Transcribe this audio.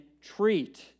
treat